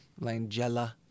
Langella